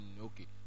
okay